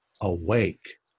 awake